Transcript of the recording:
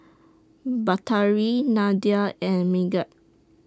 Batari Nadia and Megat